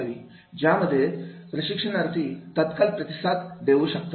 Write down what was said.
ज्यामध्ये प्रशिक्षणार्थी तात्काळ प्रतिसाद देऊ शकतात